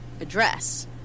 address